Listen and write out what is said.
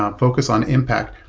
um focus on impact.